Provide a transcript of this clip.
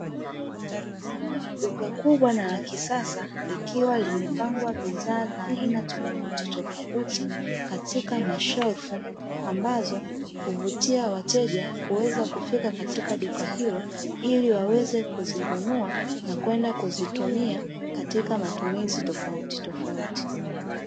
Duka kubwa na la kisasa likiwa limepangwa bidhaa za aina tofautitofauti katika mashelfu, ambazo huvutia wateja kuweza kufika katika duka hilo ili waweze kuzinunua na kwenda kuzitumia katika matumizi tofautitofauti.